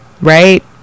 right